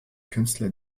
künstler